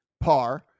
par